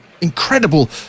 incredible